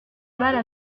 balle